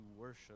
worship